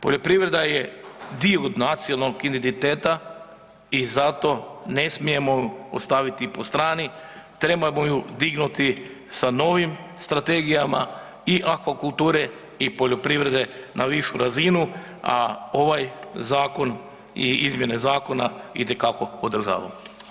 Poljoprivreda je dio nacionalnog identiteta i zato ne smijemo ostaviti po strani, trebamo ju dignuti sa novim strategijama i akvakulture i poljoprivrede na višu razinu, a ovaj zakon i izmjene zakona itekako podržavam.